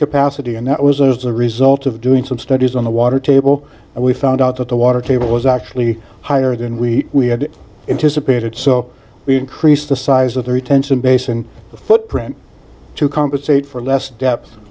capacity and that was a result of doing some studies on the water table and we found out that the water table was actually higher than we had anticipated so we increased the size of the retention basin footprint to compensate for less